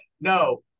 No